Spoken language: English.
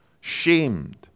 shamed